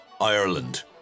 Ireland